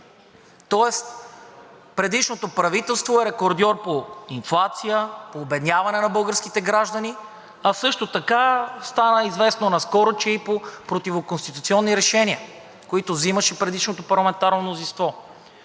тоест предишното правителство е рекордьор по инфлация, по обедняване на българските граждани, а също така стана известно наскоро, че и по противоконституционни решения, които взимаше предишното парламентарно мнозинство.